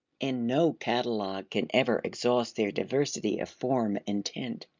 and no catalogue can ever exhaust their diversity of form and tint.